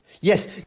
Yes